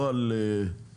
לא על 750,000,